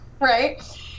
Right